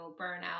burnout